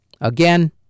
Again